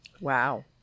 Wow